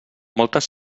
moltes